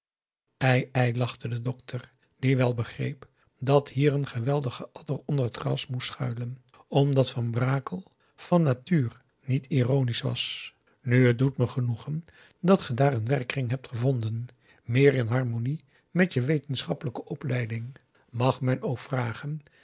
ei ei lachte de dokter die wel begreep dat hier een geweldige adder onder het gras moest schuilen omdat van brakel van natuur niet ironisch was nu het doet me genoegen dat ge daar een werkkring hebt gevonden meer in harmonie met je wetenschappelijke opleiding mag men ook vragen